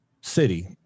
city